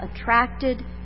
attracted